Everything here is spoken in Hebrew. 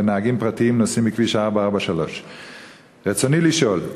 ונהגים פרטיים נוסעים בכביש 443. ברצוני לשאול: